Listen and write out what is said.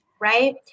Right